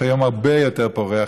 שהיום הרבה יותר פורח.